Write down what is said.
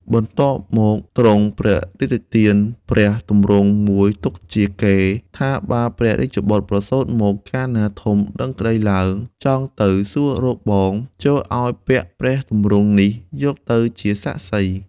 បន្ទាប់មកទ្រង់ព្រះរាជទានព្រះទម្រង់មួយទុកជាកេរ្តិ៍ ថា បើព្រះរាជបុត្រប្រសូតមក កាលណាធំដឹងក្តីឡើង ចង់ទៅសួររកបង ចូរឲ្យពាក់ព្រះទម្រង់នេះយកទៅជាសាក្សី។